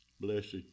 blessed